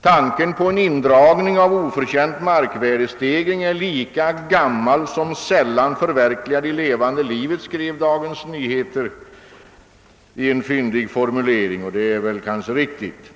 »Tanken på en indragning av oförtjänt markvärdestegring är lika gammal som sällan förverkligad i levande livet», skrev Dagens Nyheter med en fyndig formulering, och det är kanske riktigt.